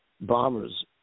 bombers